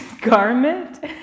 garment